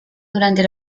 durante